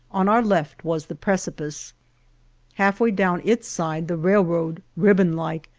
on our left was the precipice half-way down its side the railroad, ribbon-like,